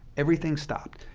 everything stopped.